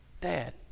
Dad